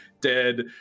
dead